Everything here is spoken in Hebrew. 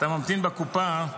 אתה ממתין בקופה,